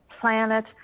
planet